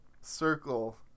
Circle